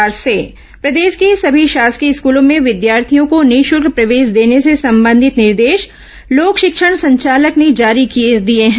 शासकीय स्कूल प्रवेश प्रदेश के सभी शासकीय स्कूलों में विद्यार्थियों को निःशुल्क प्रवेश देने से संबंधित निर्देश लोक शिक्षण संचालक ने जारी कर दिए हैं